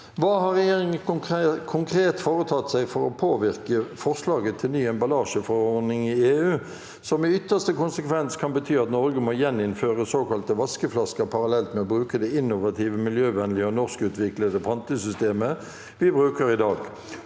«Hva har regjeringen konkret foretatt seg for å påvirke forslaget til ny emballasjeforordning i EU, som i ytterste konsekvens kan bety at Norge må gjeninnføre såkalte vaskeflasker parallelt med å bruke det innova- tive, miljøvennlige og norskutviklede pantesystemet vi bruker i dag,